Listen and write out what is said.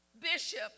Bishop